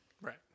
right